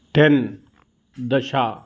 ten दश